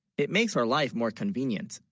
it makes her life more convenient,